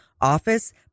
office